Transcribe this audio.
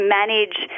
manage